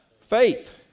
Faith